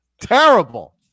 Terrible